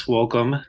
welcome